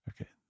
okay